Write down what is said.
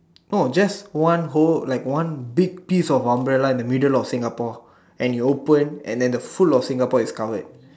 oh just one whole like one big piece of umbrella in the middle of Singapore and you open and then the full of Singapore is covered